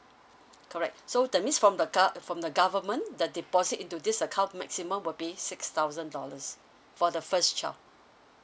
correct so that means from the gov~ from the government the deposit into this account maximum will be six thousand dollars for the first child